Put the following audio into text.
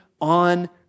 on